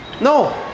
No